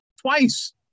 Twice